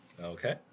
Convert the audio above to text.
Okay